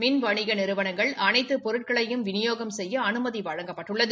மின் வணிக நிறுவனங்கள் அனைத்து பொருட்களையும் விநியோகம் செய்ய அனுமதி வழங்கப்பட்டுள்ளது